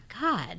God